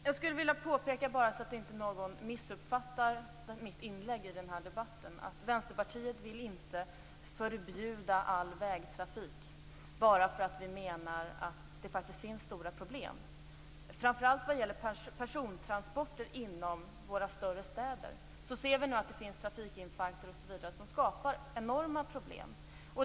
Jag skulle vilja påpeka, bara så att inte någon missuppfattar mitt inlägg i den här debatten, att Vänsterpartiet inte vill förbjuda all vägtrafik bara för att vi menar att det faktiskt finns stora problem. Framför allt vad gäller persontransporter inom våra större städer ser vi nu att det finns trafikinfarkter m.m. som skapar enorma problem.